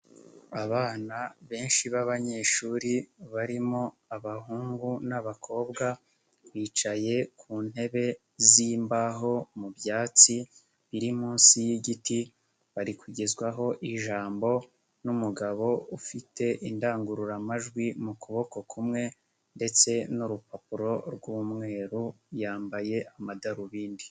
Abana benshi b'abanyeshuri barimo abahungu n'abakobwa, bicaye ku ntebe z'imbaho mu byatsi biri munsi y'igiti, bari kugezwaho ijambo n'umugabo ufite indangururamajwi mu kuboko kumwe ndetse n'urupapuro rw'umweru, yambaye amadarubindi.